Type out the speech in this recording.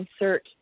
insert